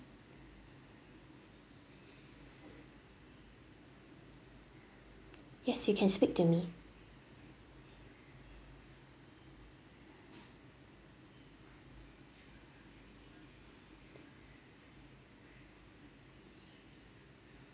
yes you can speak to me